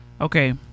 Okay